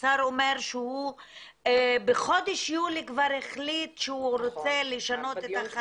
השר אומר שהוא בחודש יולי כבר החליט שהוא רוצה לשנות את החקיקה.